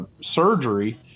surgery